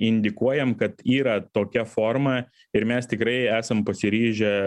indikuojam kad yra tokia forma ir mes tikrai esam pasiryžę